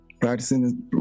practicing